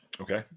Okay